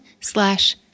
slash